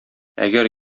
әгәр